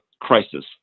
crisis